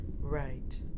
Right